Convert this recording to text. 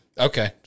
okay